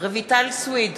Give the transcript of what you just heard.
רויטל סויד,